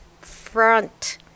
front